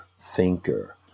thinker